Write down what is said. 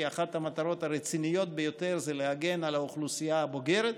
כי אחת המטרות הרציניות ביותר היא להגן על האוכלוסייה הבוגרת,